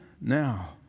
now